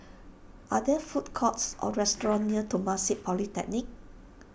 are there food courts or restaurants near Temasek Polytechnic